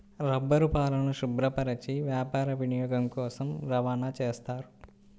రబ్బరుపాలను శుభ్రపరచి వ్యాపార వినియోగం కోసం రవాణా చేస్తారు